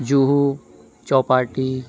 Juhu Chowpatty